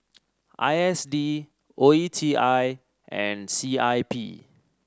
I S D O E T I and C I P